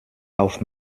auf